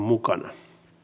mukana